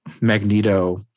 Magneto